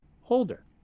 holder